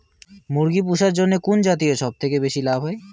মুরগি পুষার জন্য কুন জাতীয় সবথেকে বেশি লাভ হয়?